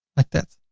like that.